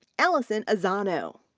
allison azzano,